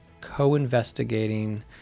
co-investigating